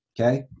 Okay